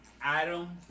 Adam